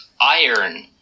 Iron